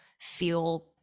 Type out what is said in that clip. feel